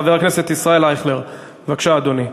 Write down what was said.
חבר הכנסת ישראל אייכלר, בבקשה, אדוני.